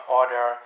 order